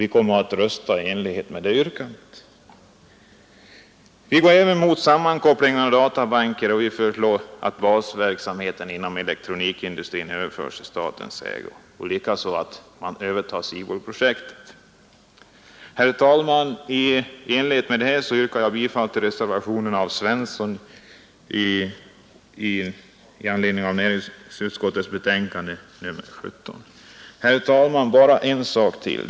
Vi kommer att rösta i enlighet med det yrkandet. Vi går även emot en sammankoppling av databanker, och vi föreslår att basverksamheten inom elektronikindustrin överförs i statens ägo liksom att man övertar SIBOL-projektet. I enlighet med dessa synpunkter yrkar jag bifall till reservationen av herr Svensson i Malmö vid näringsutskottets betänkande nr 17. Herr talman! Bara en sak till.